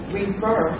refer